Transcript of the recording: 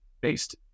based